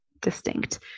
distinct